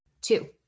Two